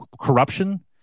corruption